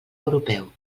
europeu